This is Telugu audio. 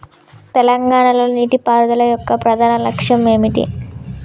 తెలంగాణ లో నీటిపారుదల యొక్క ప్రధాన లక్ష్యం ఏమిటి?